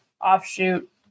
offshoot